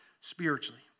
spiritually